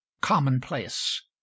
commonplace